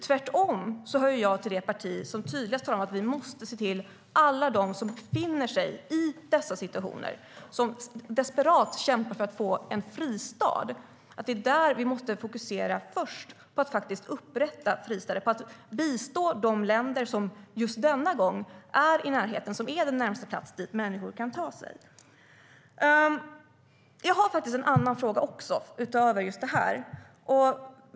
Tvärtom hör jag till det parti som tydligast talar om att vi måste se till att först fokusera på att upprätta fristäder för alla dem som befinner sig i dessa situationer, som desperat kämpar för att få en fristad och att bistå de länder som är den närmaste plats dit människor kan ta sig. Jag vill ta upp en fråga utöver den här.